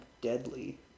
deadly